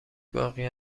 باقی